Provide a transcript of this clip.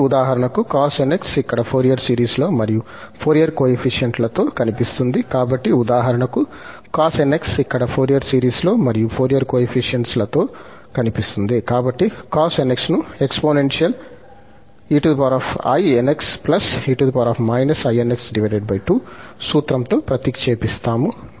ఉదాహరణకు cos nx ఇక్కడ Fourier సిరీస్లో మరియు ఫోరియర్ కోయెఫిషియంట్స్ లతో కనిపిస్తుంది కాబట్టి ఉదాహరణకు cosnx ఇక్కడ ఫోరియర్ సిరీస్లో మరియు ఫోరియర్ కోయెఫిషియంట్స్లతో కనిపిస్తుంది కాబట్టి cosnx ను ఎక్స్పోనెన్షియల్ సూత్రంతో ప్రతిక్షేపిస్తాము